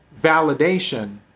validation